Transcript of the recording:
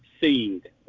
seed